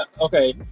Okay